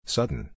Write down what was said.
Sudden